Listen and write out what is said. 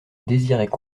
désiraient